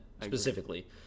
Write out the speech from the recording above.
specifically